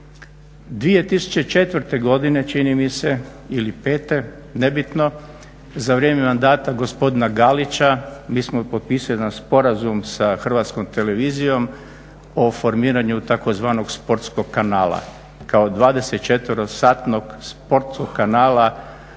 2004. godine čini mi se ili pete, nebitno, za vrijeme mandata gospodina Galića mi smo potpisali jedan sporazum sa Hrvatskom televizijom o formiranju tzv. sportskog kanala kao 24 satnog sportskog kanala